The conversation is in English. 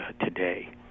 today